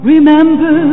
Remember